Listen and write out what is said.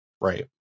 Right